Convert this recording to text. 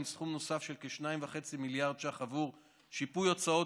סכום נוסף של כ-2.5 מיליארד ש"ח עבור שיפוי הוצאות